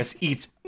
eats